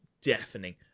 deafening